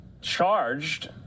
charged